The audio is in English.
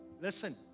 Listen